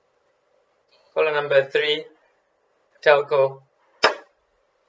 caller number three telco